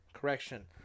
correction